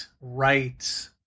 Right